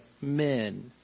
men